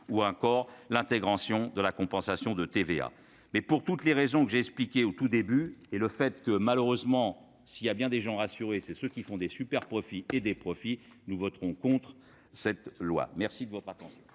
ou encore l'intégration de la compensation de TVA, mais pour toutes les raisons que j'ai expliqué au tout début et le fait que, malheureusement, s'il y a bien des gens rassuré, c'est ceux qui font des superprofits et des profits, nous voterons contre cette loi, merci de votre attention.